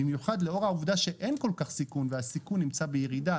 במיוחד לאור העובדה שאין כל כך סיכון והסיכון נמצא בירידה,